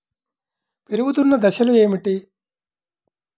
పెరుగుతున్న దశలు ఏమిటి?